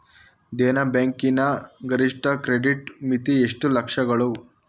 Dena bank ನ ಗರಿಷ್ಠ credit ಮಿತಿ ಎಷ್ಟು ಲಕ್ಷಗಳು?